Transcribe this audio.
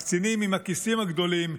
הקצינים עם הכיסים הגדולים,